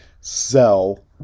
sell